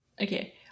Okay